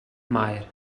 maer